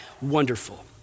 Wonderful